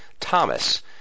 Thomas